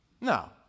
No